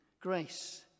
grace